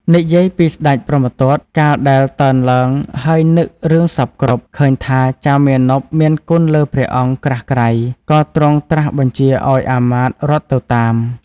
និយាយពីស្តេចព្រហ្មទត្ត កាលដែលតើនឡើងហើយនឹករឿងសព្វគ្រប់ឃើញថាចៅមាណពមានគុណលើព្រះអង្គក្រាស់ក្រៃ ក៏ទ្រង់ត្រាស់បញ្ជាឱ្យអាមាត្យរត់ទៅតាម។